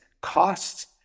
costs